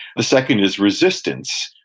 the second is resistance.